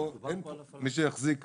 פה אין מי שיחזיק חפצים.